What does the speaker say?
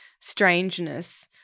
strangeness